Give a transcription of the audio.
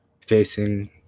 facing